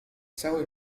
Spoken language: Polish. cały